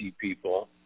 people